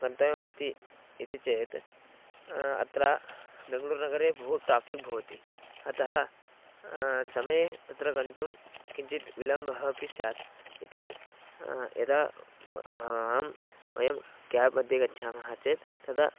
गन्तव्यमस्ति इति चेत् अत्र बेङ्ग्ळूरुनगरे बहु ट्राफ़िक् भवति अतः समये तत्र गन्तुं किञ्चित् विलम्बः अपि स्यात् इति यदा अहं वयं केब्मध्ये गच्छामः चेत् तदा